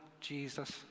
Jesus